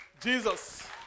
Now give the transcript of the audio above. Jesus